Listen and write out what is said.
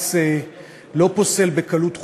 בג"ץ לא פוסל בקלות חוקים,